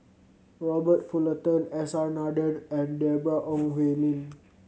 Robert Fullerton S R Nathan and Deborah Ong Hui Min